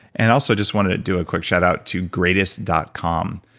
and also just want to do a quick shout out to greatist dot com.